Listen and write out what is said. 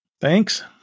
thanks